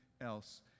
else